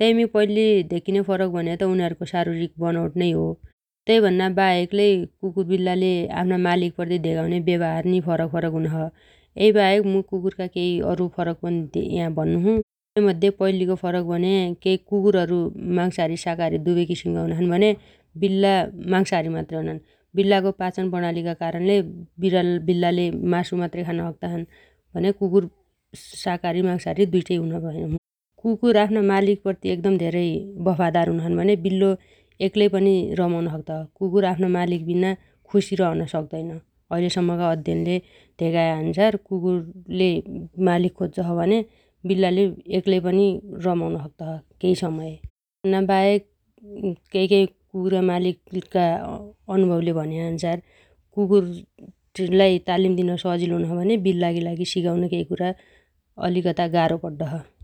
तेइमी पैल्ली धेक्कीन्या फरक भन्या त उनीहरूको शारीरिक बनोट नै हो । तै भन्नाबाहेक लै कुकुर बिल्लाले आफ्ना मालिकप्रति धेगाउन्या व्यवहारमी फरक-फरक हुनोछ । यै बाहेक मु कुकुरगा अरू केहि फरक पन तन या भन्नोछु । तैमध्ये पैल्लीको फरक भन्या केइ कुकुरहरू मांशाहारी शाकाहारी दुवै किसिमका हुनाछन् भन्या बिल्ला मांशाहारी मात्रै हुनाछन् । बिल्लागो पाचन प्रणालीका कारणले बिराला-बिल्लाले मासु मात्रै खान सक्ताछन् भन्या कुकुर शाकाहारी मांशाहारी दुइटै हुनाछन् । कुकुर आफ्ना मालिकप्रति एकदम धेरै वफादार हुनाछन् भन्या बिल्लो एक्लै पनि रमाउन सक्तो छ । कुकुर आफ्नो मालिकविना खुसी रहन सक्तैन । एैलेसम्मगा अध्ययनले धेगायाअन्सार कुकुरले मालिक खोज्जो छ भन्या बिल्लोले एक्लै पनि रमाउन सक्तोछ केहि समय । यै भन्नाबाहेक केइकेइ कुक्रा मालिकगा अनुभवले भन्याअन्सार कुकुरलाइ तालिम दिन सजिलो हुनो छ भने बिल्लाइ लागि सिकाउन केइ कुरा अलिकता गारो पड्डोछ ।